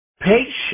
Patience